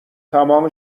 تمام